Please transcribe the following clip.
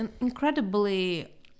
incredibly